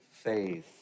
Faith